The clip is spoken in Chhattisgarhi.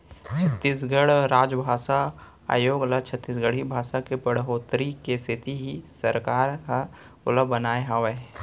छत्तीसगढ़ राजभासा आयोग ल छत्तीसगढ़ी भासा के बड़होत्तरी के सेती ही सरकार ह ओला बनाए हावय